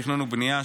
תכנון ובנייה,